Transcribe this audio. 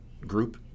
group